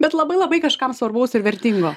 bet labai labai kažkam svarbaus ir vertingo